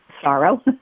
sorrow